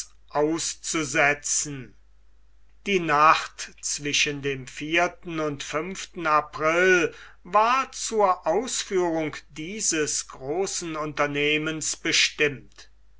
auszusetzen die nacht zwischen dem und april war zur ausführung dieses großen unternehmens bestimmt